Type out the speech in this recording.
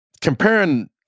comparing